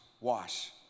wash